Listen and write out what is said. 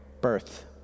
birth